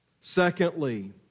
Secondly